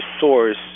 source